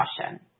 caution